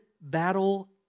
battle